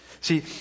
See